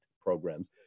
programs